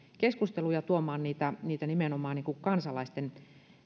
keskusteluun ja tuomaan niitä niitä nimenomaan kansalaisten